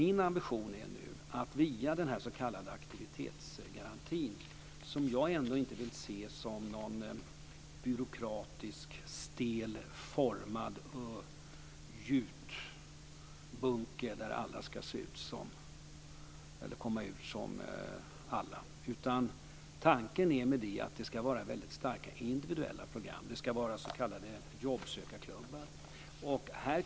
En ambition med den s.k. aktivitetsgarantin, som jag ändå inte vill se som någon byråkratisk stelt formad gjutbunke där alla ska komma ut som alla, är att det ska vara starka individuella program. Det ska vara s.k. jobbsökarklubbar.